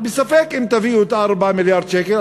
ספק אם תביאו את 4 מיליארד השקל.